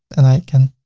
and i can